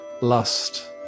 lust